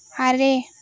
ᱟᱨᱮ